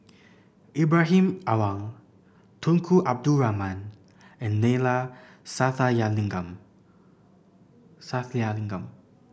Ibrahim Awang Tunku Abdul Rahman and Neila Sathyalingam